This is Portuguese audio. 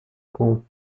com